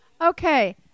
Okay